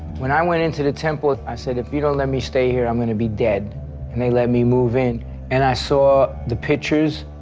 when i went into the temple, i said if you don't let me stay here i'm gonna be dead and they let me move in and i saw the pictures,